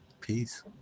peace